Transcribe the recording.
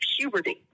puberty